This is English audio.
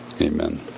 Amen